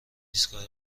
ایستگاه